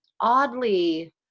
oddly